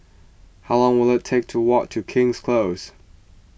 how long will it take to walk to King's Close